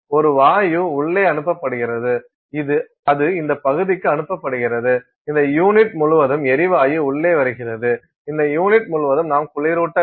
ஒரு வாயு உள்ளே அனுப்பப்படுகிறது அது இந்த பகுதிக்கு அனுப்பப்படுகிறது இந்த யூனிட் முழுவதும் எரிவாயு உள்ளே வருகிறது இந்த யூனிட் முழுவதும் நாம் குளிரூட்ட வேண்டும்